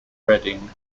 redding